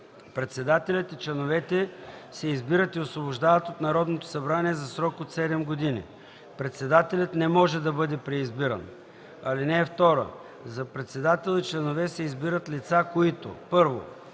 Председателят и членовете се избират и освобождават от Народното събрание за срок от 7 години. Председателят не може да бъде преизбиран. (2) За председател и членове се избират лица, които: 1.